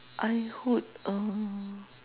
I would uh